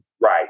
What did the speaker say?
Right